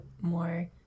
more